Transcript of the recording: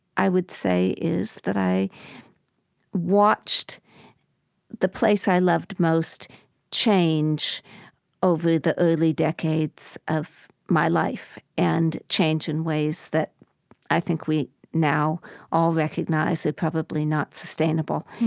i would say, is that i watched the place i loved most change over the early decades of my life and change in ways that i think we now all recognize are probably not sustainable.